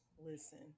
Listen